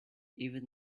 even